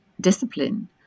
discipline